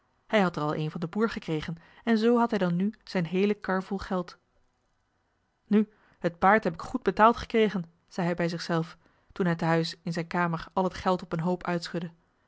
hij had er al een van den boer gekregen en zoo had hij dan nu zijn heele kar vol geld nu het paard heb ik goed betaald gekregen zei hij bij zich zelf toen hij te huis in zijn kamer al het geld op een hoop